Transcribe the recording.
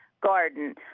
garden